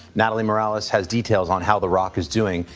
natalie morales has details on how the rock is doing,